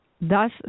thus